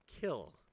kill